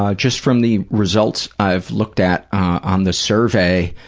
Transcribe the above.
ah just from the results i've looked at on the survey,